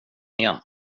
igen